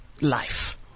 life